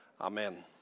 Amen